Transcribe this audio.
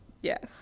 yes